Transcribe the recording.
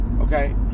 Okay